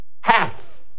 half